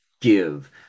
give